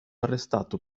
arrestato